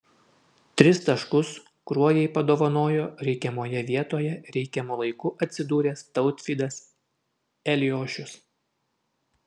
tris taškus kruojai padovanojo reikiamoje vietoje reikiamu laiku atsidūręs tautvydas eliošius